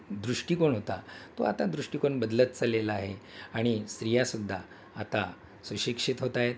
दृष्टिकोण होता तो आता दृष्टिकोण बदलत चाललेला आहे आणि स्त्रियासुद्धा आता सुशिक्षित होत आहेत